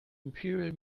imperial